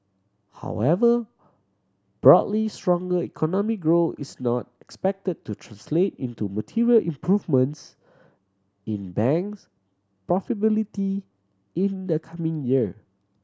however broadly stronger economic growth is not expected to translate into material improvements in bank profitability in the coming year